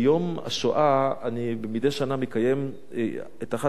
ביום השואה אני מדי שנה מקיים את אחת